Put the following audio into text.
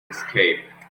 escape